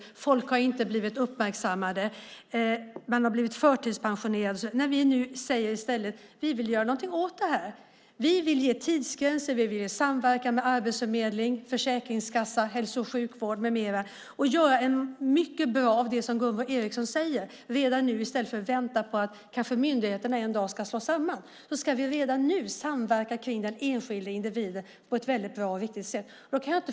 Människor har inte blivit uppmärksammade utan har blivit förtidspensionerade. Vi säger i stället att vi vill göra någonting åt det. Vi vill ge tidsgränser och ha samverkan med Arbetsförmedlingen, Försäkringskassan, hälso och sjukvård med mera. Vi vill göra mycket bra av det som Gunvor G Ericson säger redan nu i stället för att vänta på att myndigheterna kanske en dag ska slås samman. Vi ska redan nu samverka kring den enskilde individen på ett väldigt bra och riktigt sätt.